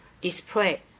display